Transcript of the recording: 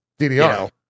ddr